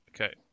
okay